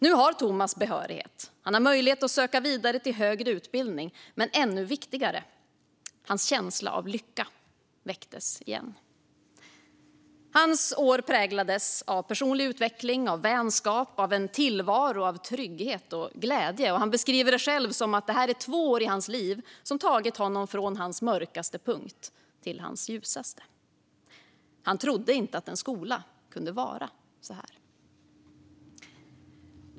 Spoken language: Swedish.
Nu har Thomas behörighet och möjlighet att söka vidare till högre utbildning, men än viktigare är att hans känsla av lycka har väckts igen. Hans år präglades av personlig utveckling och vänskap och av en tillvaro av trygghet och glädje. Han beskriver det själv som att det här är två år i hans liv som tagit honom från hans mörkaste punkt till hans ljusaste. Han trodde inte att en skola kunde vara sådan.